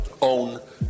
own